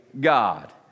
God